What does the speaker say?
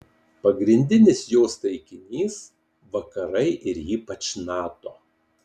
pagrindinis jos taikinys vakarai ir ypač nato